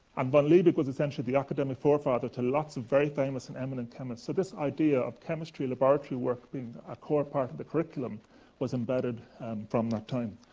and von liebig was essentially the academic forefather to lots of very famous and eminent chemists. so, this idea of chemistry laboratory work being a core part of the curriculum was embedded from that time.